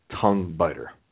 tongue-biter